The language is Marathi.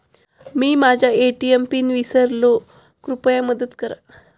मी माझा ए.टी.एम पिन विसरलो आहे, कृपया मदत करा